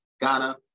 Ghana